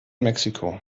mexiko